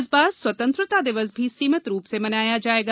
इस बार स्वतंत्रता दिवस भी सीमित रूप से मनाया जाएगा